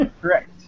Correct